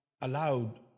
allowed